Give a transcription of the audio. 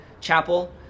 chapel